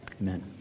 amen